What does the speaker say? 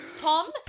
Tom